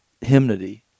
hymnody